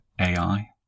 AI